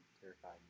terrified